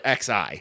XI